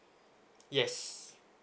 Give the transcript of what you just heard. yes